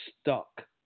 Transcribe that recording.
stuck